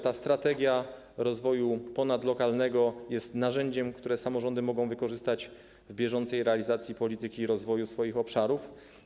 Ta strategia rozwoju ponadlokalnego jest narzędziem, które samorządy mogą wykorzystać w bieżącej realizacji polityki rozwoju swoich obszarów.